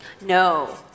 No